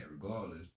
regardless